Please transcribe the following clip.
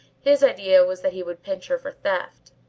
his idea was that he would pinch her for theft.